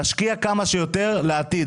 להשקיע כמה שיותר לעתיד.